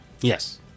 Yes